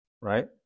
right